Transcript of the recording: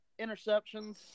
interceptions